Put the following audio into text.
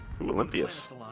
olympius